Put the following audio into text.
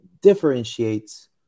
differentiates